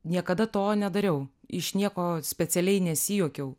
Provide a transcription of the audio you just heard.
niekada to nedariau iš nieko specialiai nesijuokiau